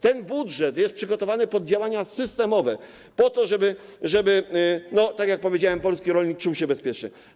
Ten budżet jest przygotowany pod działania systemowe po to, żeby, tak jak powiedziałem, polski rolnik czuł się bezpiecznie.